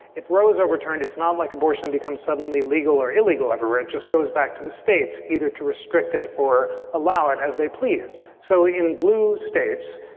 if rose overturned. it's not like abortion becomes suddenly legal or illegal everywhere. it just goes back to the states, either too restricted or allow it as they please. so in blue states,